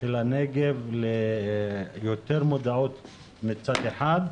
של הנגב ליותר מודעות מצד אחד,